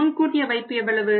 முன்கூட்டிய வைப்பு எவ்வளவு